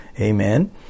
Amen